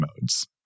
modes